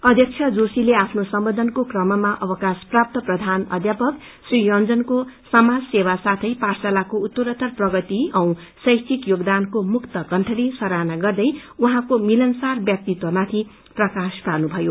अध्यक्ष जोशीले आफ्नो सम्बोधनको क्रममा अवकाश प्राप्त प्रधान अध्यापक श्री योन्जनको समाज सेवा साथै पाठशालाको उत्तरोत्तर प्रगति औ शैक्षिक योगदानको मुक्त कण्ठले सराहना गर्दै उहाँको मिलनसार व्यक्तित्वमाथि प्रकाश पार्नुभयो